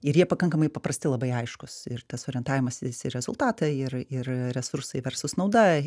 ir jie pakankamai paprasti labai aiškūs ir tas orientavimasis į rezultatą ir ir resursai verslas nauda